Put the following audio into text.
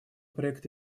проект